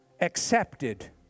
accepted